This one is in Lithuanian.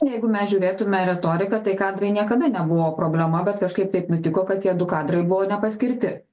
jeigu mes žiūrėtume retoriką tai kadrai niekada nebuvo problema bet kažkaip taip nutiko kad tie du kadrai buvo nepaskirti